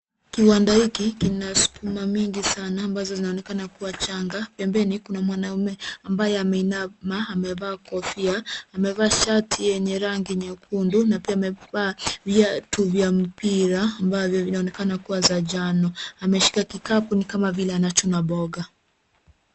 Kiwanda hiki, kina sukuma mingi sana, ambazo zinaonekana kuwa changa. Pembeni kuna mwanaume ambaye ameinama, amevaa kofia, amevaa shati yenye rangi nyekundu, na pia viatu vya mpira, ambavyo vinaonekana kuwa za njano. Ameshika kikapu ni kama vile anachuna mboga.